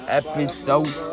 episode